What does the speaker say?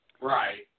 Right